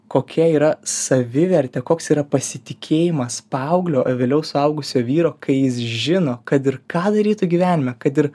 kokia yra savivertė koks yra pasitikėjimas paauglio o vėliau suaugusio vyro kai jis žino kad ir ką darytų gyvenime kad ir